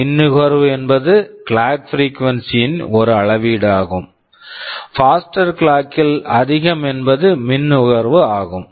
மின் நுகர்வு என்பது கிளாக் பிரீக்வென்சி clock frequency ன் ஒரு அளவீடு ஆகும் பாஸ்டர் faster கிளாக் clock ல் அதிகம் என்பது மின் நுகர்வு ஆகும்